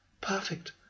Perfect